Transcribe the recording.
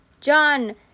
John